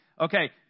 Okay